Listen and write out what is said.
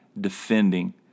defending